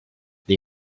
they